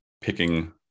picking